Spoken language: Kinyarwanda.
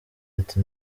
ati